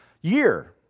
year